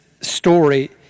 story